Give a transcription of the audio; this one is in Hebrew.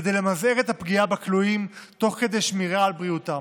כדי למזער את הפגיעה בכלואים תוך כדי שמירה על בריאותם.